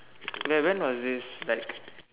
where when was this like